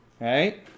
Right